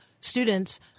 students